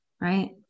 right